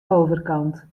overkant